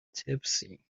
tipsy